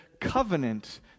covenant